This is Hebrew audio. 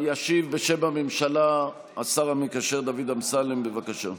ישיב בשם הממשלה השר המקשר דוד אמסלם, בבקשה.